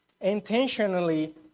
intentionally